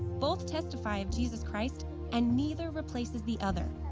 both testify of jesus christ and neither replaces the other.